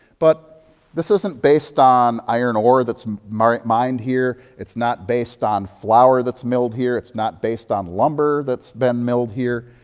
but this isn't based on iron ore that's mined mined here. it's not based on flower thatis milled here. it's not based on lumber that's been milled here.